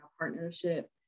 partnership